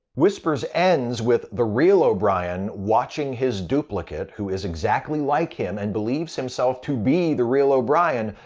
whispers ends with the real o'brien watching his duplicate, who is exactly like him and believes himself to be the real o'brien,